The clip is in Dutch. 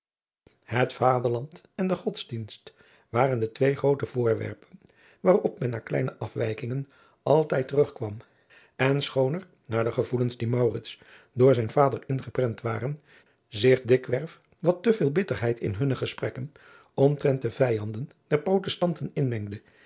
het vaderland en de godsdienst waren de twee groote voorwerpen waarop adriaan loosjes pzn het leven van maurits lijnslager men na kleine afwijkingen altijd terugkwam en schoon er naar de gevoelens die maurits door zijn vader ingeprent waren zich dikwerf wat te veel bitterheid in hunne gesprekken omtrent de vijanden der protestanten inmengde